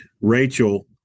Rachel